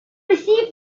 received